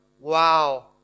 wow